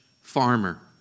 Farmer